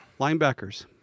linebackers